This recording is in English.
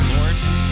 Lord